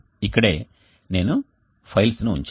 ఇక్కడే నేను ఫైల్స్ ను ఉంచాను